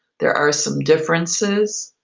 there are some differences,